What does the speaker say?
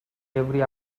every